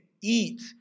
eat